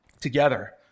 together